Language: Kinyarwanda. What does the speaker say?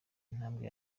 intambwe